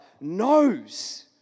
knows